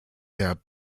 der